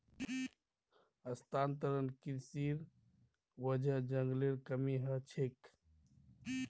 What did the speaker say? स्थानांतरण कृशिर वजह जंगलेर कमी ह छेक